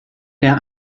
der